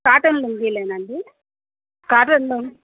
cotton లుంగీలేనా అండి cotton Loong